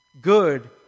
Good